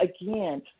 again